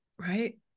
Right